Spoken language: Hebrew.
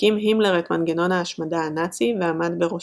הקים הימלר את מנגנון ההשמדה הנאצי ועמד בראשו.